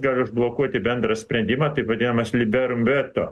gali užblokuoti bendrą sprendimą taip vadinamas liberum veto